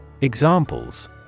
Examples